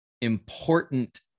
important